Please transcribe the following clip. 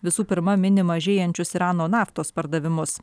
visų pirma mini mažėjančius irano naftos pardavimus